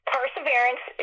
Perseverance